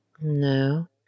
no